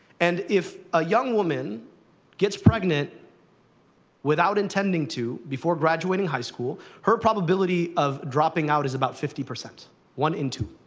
and if a young woman gets pregnant without intending to before graduating high school, her probability of dropping out is about fifty, one in two.